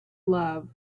love